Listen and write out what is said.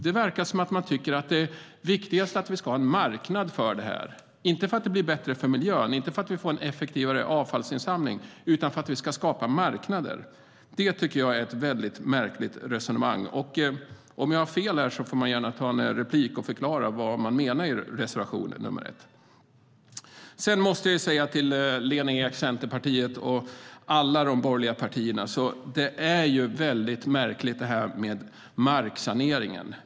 Det verkar som att de tycker att det viktigaste är att vi ska ha en marknad för det här. Det handlar inte om att det ska bli bättre för miljön och inte om att vi ska få en effektivare avfallsinsamling utan om att vi ska skapa marknader. Det tycker jag är ett väldigt märkligt resonemang. Om jag har fel får man gärna begära replik och förklara vad man menar i reservation nr 1. Sedan måste jag säga till Lena Ek, Centerpartiet och alla de andra borgerliga partierna: Det är väldigt märkligt med marksaneringen.